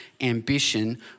ambition